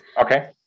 okay